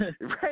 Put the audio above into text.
Right